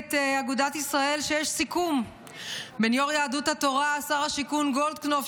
מפלגת אגודת ישראל שיש סיכום בין יו"ר יהדות התורה שר השיכון גולדקנופ,